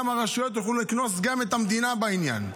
הרשויות יוכלו לקנוס גם את המדינה בעניין.